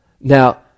Now